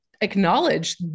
acknowledge